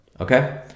Okay